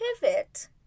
pivot